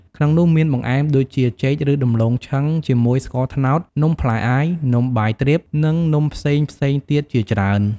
ក្នុងនោះមានបង្អែមដូចជា ចេក ឬ ដំឡូងឆឹងជាមួយស្ករត្នោត នំផ្លែអាយ នំបាយទ្រាប និងនំផ្សេងៗទៀតជាច្រើន។